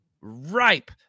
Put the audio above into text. Ripe